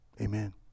Amen